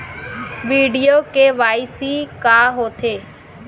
video KYC का होथे